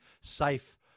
safe